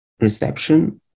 reception